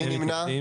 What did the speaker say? מי נמנע?